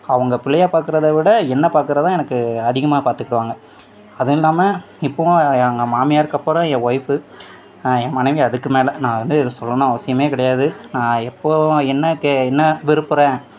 அவங்க பிள்ளையை பார்க்குறதைவிட என்ன பார்க்குறதுதான் எனக்கு அதிகமாக பார்த்துக்குவாங்க அதுல்லாமல் இப்போவும் எங்கள் மாமியாருக்கு அப்புறம் என் ஒய்ஃபு என் மனைவி அதுக்குமேலே நான் வந்து இதை சொல்லணும் அவசியமே கிடையாது நான் எப்போது என்ன கே என்ன விருப்புகிறேன்